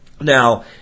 Now